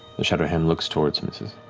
the shadowhand looks towards him and says,